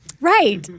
Right